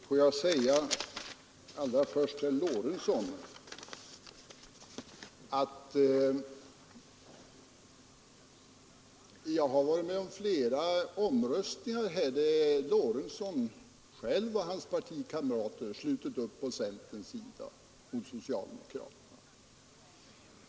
Fru talman! Får jag allra först säga till herr Lorentzon att jag har varit med om flera omröstningar här där herr Lorentzon själv och hans partikamrater slutit upp på centerns sida mot socialdemokraterna.